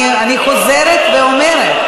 אני חוזרת ואומרת.